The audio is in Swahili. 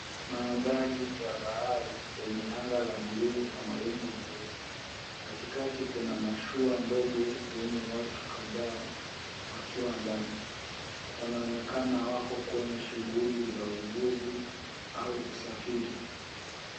Mandhari ya bahari yenye anga la buluu na mawingu meupe. Katikati kuna mashua ndogo yenye watu kadhaa wakiwa ndani. Wanaonekana wako kwenye shughuli za uvuvi au usafiri.